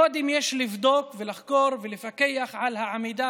קודם יש לבדוק ולחקור ולפקח על העמידה